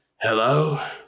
Hello